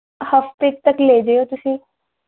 ਹਫ਼ਤੇ ਕੁ ਤੱਕ ਲੈ ਜਿਓ ਤੁਸੀਂ